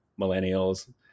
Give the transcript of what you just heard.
millennials